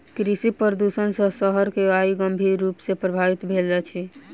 कृषि प्रदुषण सॅ शहर के वायु गंभीर रूप सॅ प्रभवित भेल अछि